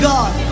God